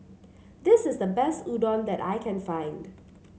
this is the best Udon that I can find